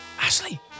Ashley